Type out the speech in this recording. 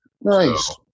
Nice